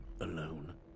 alone